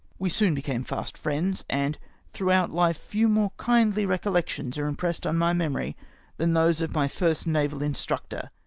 we soon be came fast friends, and throughout life few more kindly recollections are impressed on my memory than those of my first naval instructor,